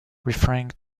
referring